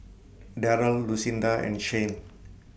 Darrell Lucinda and Shane